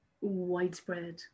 widespread